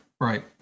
right